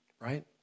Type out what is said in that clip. right